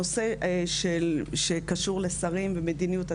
הנושא שקשור לשרים ומדיניות,